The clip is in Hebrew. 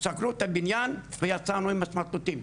סגרו את הבניין ויצאנו עם הסמרטוטים.